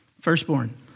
Firstborn